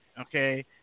okay